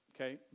Okay